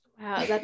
wow